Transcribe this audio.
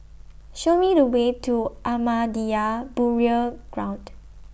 Show Me The Way to Ahmadiyya Burial Ground